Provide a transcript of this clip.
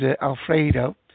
Alfredo